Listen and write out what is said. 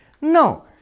No